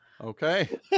Okay